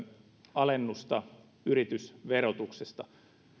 alennusta yritysverotuksesta